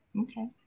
Okay